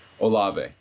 Olave